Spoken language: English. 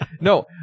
No